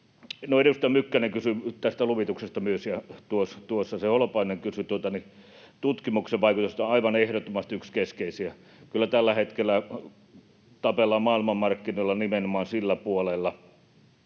edustaja Mykkänen kysyi myös tästä luvituksesta, ja Holopainen kysyi tutkimuksen vaikutuksesta — aivan ehdottomasti yksi keskeisiä. Kyllä tällä hetkellä tapellaan maailmanmarkkinoilla nimenomaan sillä puolella,